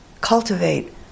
Cultivate